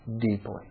deeply